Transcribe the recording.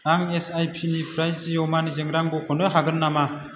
आं एसआईपिनिफ्राय जिअ मानिजों रां बख'नो हागोन नामा